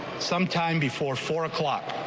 sometime before four o'clock.